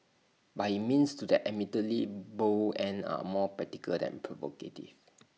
but his means to that admittedly bold end are more practical than provocative